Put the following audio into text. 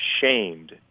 shamed